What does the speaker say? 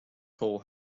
coal